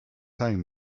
saying